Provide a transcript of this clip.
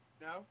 No